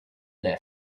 their